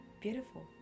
beautiful